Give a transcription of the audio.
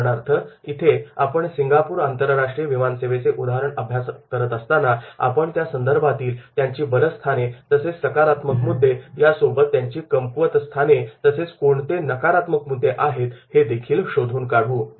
उदाहरणार्थ इथे आपण सिंगापूर आंतरराष्ट्रीय विमानसेवेचे उदाहरण अभ्यासत असताना आपण त्या संदर्भातील त्यांची बलस्थाने तसेच सकारात्मक मुद्दे यासोबतच त्यांची कमकुवत स्थाने तसेच कोणते नकारात्मक मुद्दे आहेत हे देखील शोधून काढू